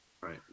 Right